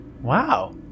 Wow